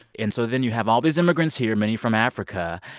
and so then you have all these immigrants here, many from africa.